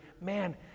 Man